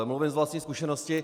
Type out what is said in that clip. Mluvím z vlastní zkušenosti.